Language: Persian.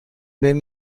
بین